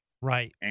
Right